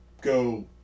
go